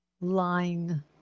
line